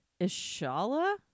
Ishala